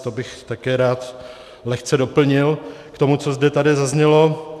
To bych také rád lehce doplnil k tomu, co zde tady zaznělo.